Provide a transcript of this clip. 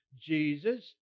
Jesus